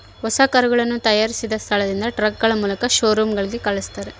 ಹೊಸ ಕರುಗಳನ್ನ ತಯಾರಿಸಿದ ಸ್ಥಳದಿಂದ ಟ್ರಕ್ಗಳ ಮೂಲಕ ಶೋರೂಮ್ ಗಳಿಗೆ ಕಲ್ಸ್ತರ